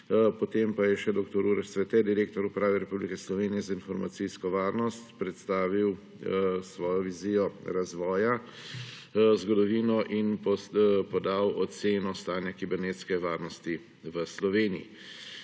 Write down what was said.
Potem pa je še dr. Uroš Svete, direktor Uprave Republike Slovenije za informacijsko varnost predstavil svojo vizijo razvoja, zgodovino in podal oceno stanja kibernetske varnosti v Sloveniji.